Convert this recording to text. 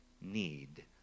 need